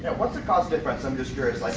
and what's the cost difference i'm just curious, like